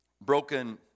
broken